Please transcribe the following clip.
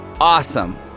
awesome